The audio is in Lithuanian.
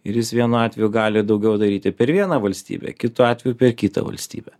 ir jis vienu atveju gali daugiau daryti per vieną valstybę kitu atveju per kitą valstybę